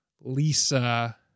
Lisa